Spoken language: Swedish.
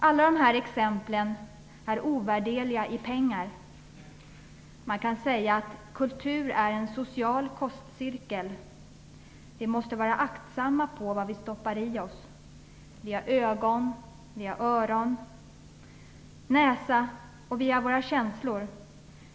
Alla dessa exempel är ovärderliga i pengar. Man kan säga att kultur är en social kostcirkel. Vi måste vara aktsamma med vad vi stoppar i oss. Vi har ögon, öron, näsa och vi har våra känslor.